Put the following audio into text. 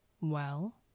Well